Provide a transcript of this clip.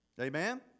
Amen